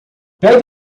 pegue